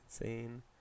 insane